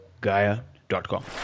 Gaia.com